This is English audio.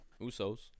Usos